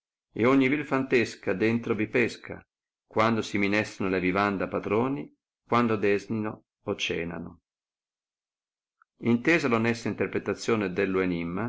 ed ogni vii fantesca dentro vi pesca quando si minestrano le vivande a patroni quando desnino o cenano intesa onesta interpretazione dello enimma